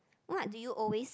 what do you always